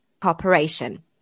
corporation